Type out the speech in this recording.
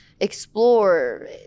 explore